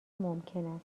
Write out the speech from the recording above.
ممکن